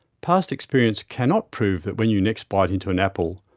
past experience cannot prove that when you next bite into an apple,